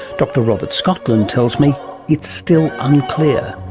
dr robert scotland tells me it's still unclear.